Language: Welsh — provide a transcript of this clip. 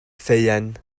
ffeuen